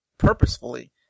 Purposefully